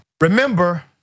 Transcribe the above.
Remember